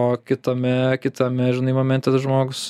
o kitame kitame žinai momentas žmogus